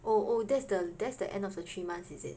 oh oh that's the that's the end of the three months is it